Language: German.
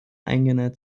eingenäht